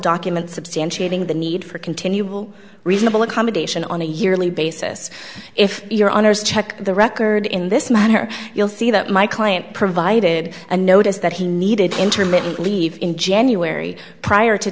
documents substantiating the need for continual reasonable accommodation on a yearly basis if your honour's check the record in this matter you'll see that my client provided a notice that he needed intermittent leave in january prior to